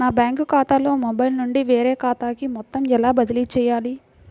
నా బ్యాంక్ ఖాతాలో మొబైల్ నుండి వేరే ఖాతాకి మొత్తం ఎలా బదిలీ చేయాలి?